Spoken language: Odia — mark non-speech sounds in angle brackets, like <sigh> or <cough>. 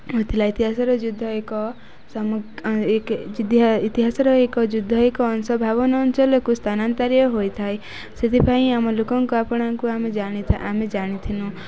<unintelligible> ଇତିହାସର ଯୁଦ୍ଧ <unintelligible> ଇତିହାସର ଏକ ଯୁଦ୍ଧ ଏକ ଅଂଶ ଭାବନା ଅଞ୍ଚଳକୁ ସ୍ଥାନାନ୍ତରୀୟ ହୋଇଥାଏ ସେଥିପାଇଁ ଆମ ଲୋକଙ୍କୁ ଆପଣଙ୍କୁ ଆମେ ଜାଣିଥା ଆମେ ଜାଣିଥିନୁ